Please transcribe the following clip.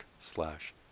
slash